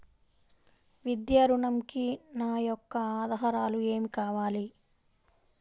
విద్యా ఋణంకి నా యొక్క ఆధారాలు ఏమి కావాలి?